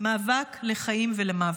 מאבק לחיים ולמוות.